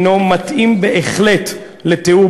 מתאים בהחלט לתיאור,